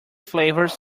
flavors